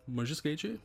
maži skaičiai